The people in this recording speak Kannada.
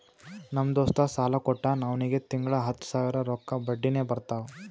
ನಮ್ ದೋಸ್ತ ಸಾಲಾ ಕೊಟ್ಟಾನ್ ಅವ್ನಿಗ ತಿಂಗಳಾ ಹತ್ತ್ ಸಾವಿರ ರೊಕ್ಕಾ ಬಡ್ಡಿನೆ ಬರ್ತಾವ್